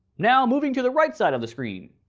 now moving to the right side of the screen.